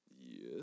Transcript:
Yes